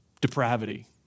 depravity